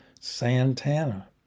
Santana